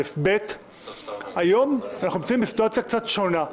דבר שני, היום אנחנו נמצאים בסיטואציה קצת שונה.